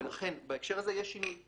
ולכן, בהקשר הזה יש שינוי.